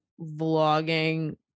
vlogging